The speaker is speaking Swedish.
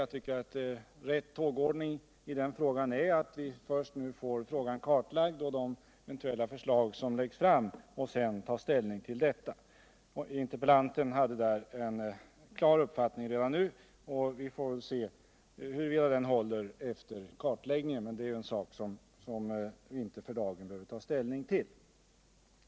Jag tycker att en riktig tågordning är att vi först får frågan kartlagd och att förslag läggs fram, som vi sedan får ta ställning till. Interpellanten hade där en klar uppfattning redan nu. Vi får väl se huruvida den håller även efter kartläggningen, men det är en sak som vi inte för dagen behöver ta ställning till.